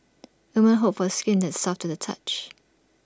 the men hope for skin that soft to the touch